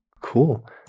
cool